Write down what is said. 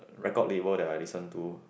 record label that I listen to